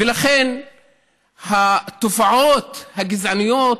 ולכן התופעות הגזעניות,